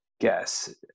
guess